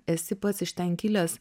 esi pats iš ten kilęs